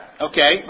Okay